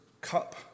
cup